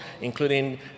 including